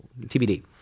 TBD